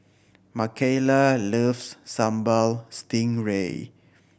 Mckayla loves Sambal Stingray